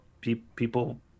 people